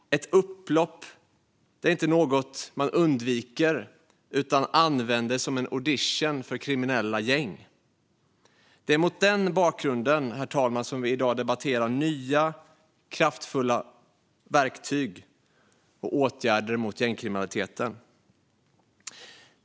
Ett upplopp är inte något man undviker utan använder som en audition för kriminella gäng. Det är mot den bakgrunden som vi i dag debatterar nya, kraftfulla verktyg och åtgärder mot gängkriminaliteten.